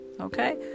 Okay